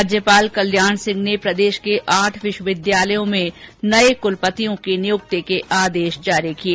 राज्यपाल कल्याण सिंह ने प्रदेश के आठ विश्वविद्यालयों में नये कुलपतियों की नियुक्ति के आदेश जारी किये